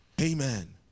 Amen